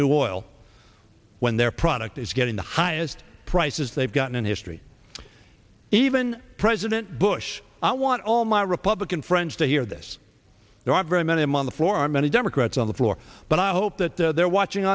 new oil when their product is getting the highest prices they've got in history even president bush i want all my republican friends to hear this there are very many i'm on the floor many democrats on the floor but i hope that they're watching